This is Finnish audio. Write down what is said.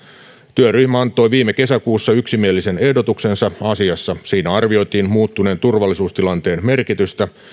työryhmä antoi viime kesäkuussa yksimielisen ehdotuksensa asiassa siinä arvioitiin muuttuneen turvallisuustilanteen merkitystä